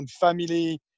family